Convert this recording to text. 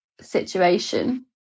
situation